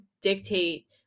dictate